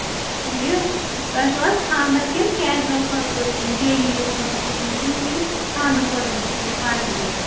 ٹھیٖک تۄہہِ چھُو حظ خانٛدر کِنہٕ کیجوَل خٲطرٕ ڈیلی یوٗز خٲطرٕ چھُ کِنہٕ کُنہِ خانٛدر خٲطرٕ چھُ پارٹی وِیر